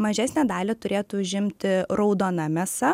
mažesnę dalį turėtų užimti raudona mėsa